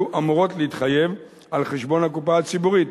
אמורות להתחייב על חשבון הקופה הציבורית,